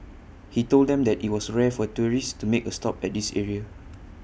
he told them that IT was rare for tourists to make A stop at this area